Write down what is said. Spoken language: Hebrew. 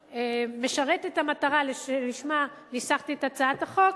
משרת את המטרה שלשמה ניסחתי את הצעת החוק,